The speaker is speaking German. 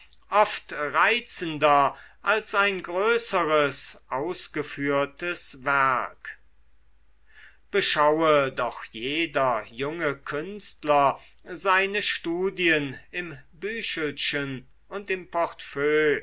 oft reizender als ein größeres ausgeführtes werk beschaue doch jeder junge künstler seine studien im büchelchen und im portefeuille